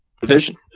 division